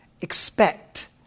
Expect